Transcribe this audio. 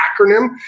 acronym